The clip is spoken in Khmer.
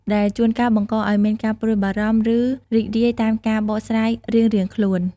ដែលជួនកាលបង្កឱ្យមានការព្រួយបារម្ភ ឬរីករាយតាមការបកស្រាយរៀងៗខ្លួន។